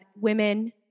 women